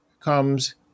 comes